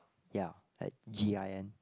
ya Gin